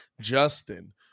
Justin